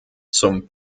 zum